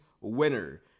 winner